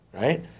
right